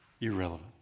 irrelevant